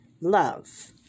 love